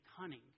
cunning